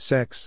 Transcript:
Sex